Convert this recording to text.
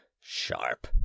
sharp